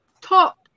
top